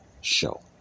show